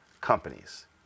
companies